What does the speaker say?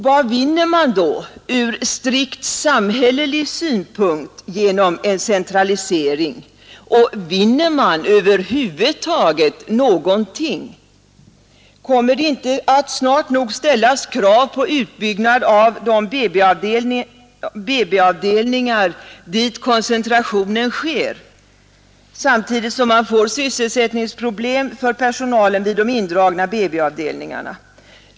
Vad vinner man då ur strikt samhällelig synpunkt genom en centralisering — och vinner man över huvud taget någonting? Kommer det inte att snart nog ställas krav på utbyggnad av de BB-avdelningar dit koncentrationen sker, samtidigt som man får sysselsättningsproblem för personalen vid de indragna BB-avdelningarna?